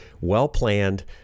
well-planned